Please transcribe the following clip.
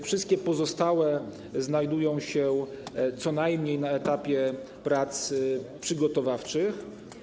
Wszystkie pozostałe znajdują się co najmniej na etapie prac przygotowawczych.